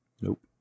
Nope